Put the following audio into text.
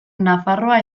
nafarroa